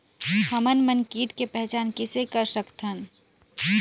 हमन मन कीट के पहचान किसे कर सकथन?